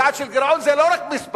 יעד של גירעון זה לא רק מספרים.